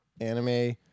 anime